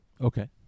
Okay